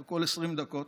כל 20 דקות.